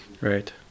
right